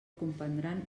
comprendran